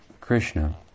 Krishna